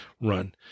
run